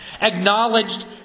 Acknowledged